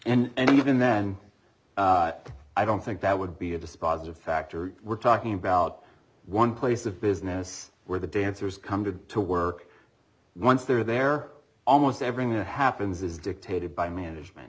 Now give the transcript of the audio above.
and even then i don't think that would be a dispositive factor we're talking about one place of business where the dancers come to to work once they're there almost everything that happens is dictated by management